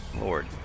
lord